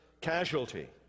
casualty